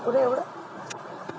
पुरे एवढं